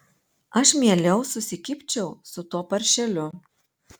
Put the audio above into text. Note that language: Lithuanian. aš mieliau susikibčiau su tuo paršeliu